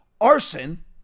arson